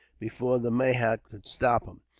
before the mahout could stop him.